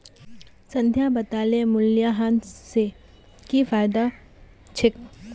संध्या बताले मूल्यह्रास स की फायदा छेक